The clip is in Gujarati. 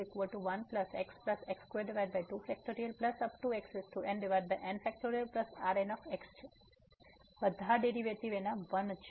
Rnx બધા ડેરીવેટીવ 1 છે